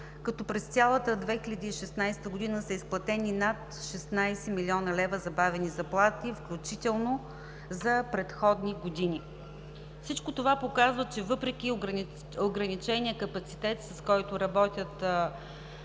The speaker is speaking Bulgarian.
като през цялата 2016 г. са изплатени над 16 млн. лв. забавени заплати, включително за предходни години. Всичко това показва, че въпреки ограничения капацитет, с който работи